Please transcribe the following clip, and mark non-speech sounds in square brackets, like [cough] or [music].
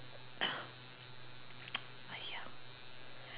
[noise] !aiya!